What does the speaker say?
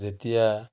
যেতিয়া